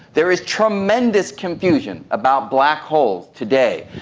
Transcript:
there is tremendous confusion about black holes today.